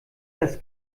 das